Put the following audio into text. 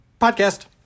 Podcast